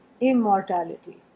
immortality